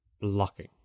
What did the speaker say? blocking